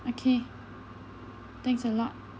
okay thanks a lot